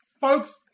Folks